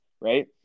right